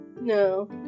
No